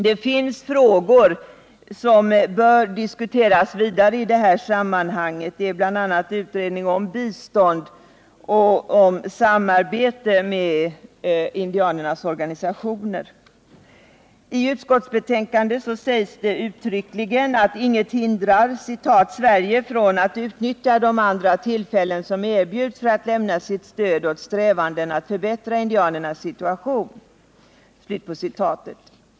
Det finns frågor som bör diskuteras vidare i det här sammanhanget. Det är bl.a. utredning om bistånd och om samarbete med indianernas organisationer. I utskottsbetänkandet sägs det uttryckligen att inget hindrar Sverige ”från att utnyttja de andra tillfällen som erbjuds för att lämna sitt stöd åt strävanden att förbättra indianernas situation”.